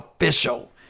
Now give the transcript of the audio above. official